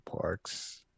Parks